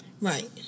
Right